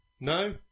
No